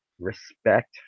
respect